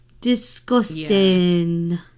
Disgusting